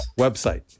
website